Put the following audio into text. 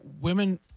women